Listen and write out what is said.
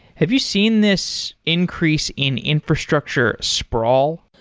have you seen this increase in infrastructure sprawl?